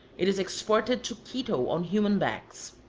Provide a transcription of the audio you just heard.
it is exported to quito on human backs.